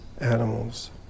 animals